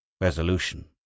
resolution